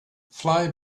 fly